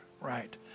right